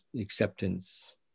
acceptance